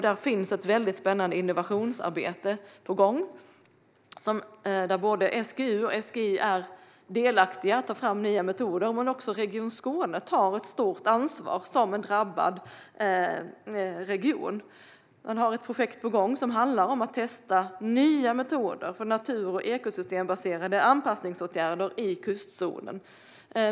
Det finns ett spännande innovationsarbete på gång där både SGU och SGI är delaktiga i att ta fram nya metoder. Men också Region Skåne tar ett stort ansvar som en drabbad region. Man har ett projekt på gång som handlar om att testa nya metoder för natur och ekosystembaserade anpassningsmetoder i kustzonen.